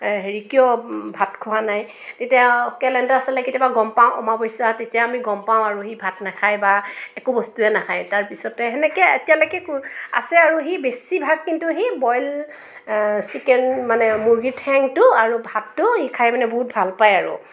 হেৰি কিয় ভাত খোৱা নাই তেতিয়া কেলেণ্ডাৰ চালে কেতিয়াবা গম পাওঁ অমাৱস্যা তেতিয়া আমি গম পাওঁ আৰু সি ভাত নাখায় বা একো বস্তুৱে নাখায় তাৰপিছতে সেনেকৈ এতিয়ালৈকে কু আছে আৰু সি বেছিভাগ কিন্তু সি বইল চিকেন মানে মুৰ্গীৰ ঠেংটো আৰু ভাতটো সি খাই মানে বহুত ভাল পায় আৰু